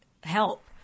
help